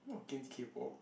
not against K-Pop